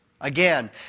Again